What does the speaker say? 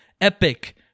epic